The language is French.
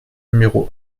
numéro